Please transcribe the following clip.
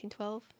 1912